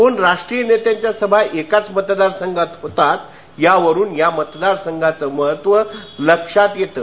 दोन राष्ट्रीय नेत्यांच्या सभा एकाच मतदार संघात होतात यावरुनच या मतदारसंघाचं महत्त्व लक्षात येतं